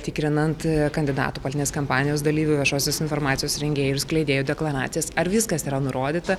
tikrinant kandidatų politinės kampanijos dalyvių viešosios informacijos rengėjų ir skleidėjų deklaracijas ar viskas yra nurodyta